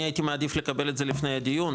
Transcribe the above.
אני הייתי מעדיף לקבל את זה לפני הדיון,